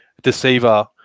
Deceiver